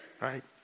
right